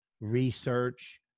research